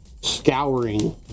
scouring